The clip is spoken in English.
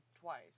twice